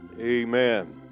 Amen